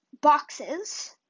boxes